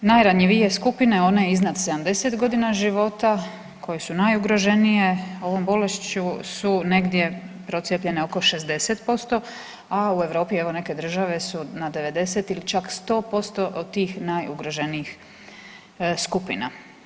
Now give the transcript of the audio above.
Najranjivije skupine one iznad 70 godina života koje su najugroženije ovom bolešću su negdje procijepljene oko 60%, a u Europi neke države su na 90 ili čak 100% od tih najugroženijih skupina.